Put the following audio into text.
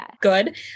good